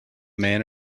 man